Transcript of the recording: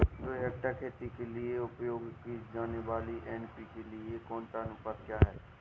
दो हेक्टेयर खेती के लिए उपयोग की जाने वाली एन.पी.के का अनुपात क्या है?